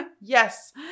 Yes